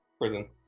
prison